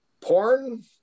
porn